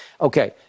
Okay